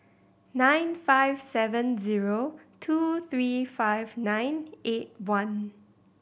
nine five seven zero two three five nine eight one